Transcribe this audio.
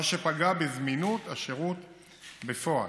מה שפגע בזמינות השירות בפועל.